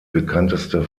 bekannteste